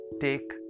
take